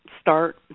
start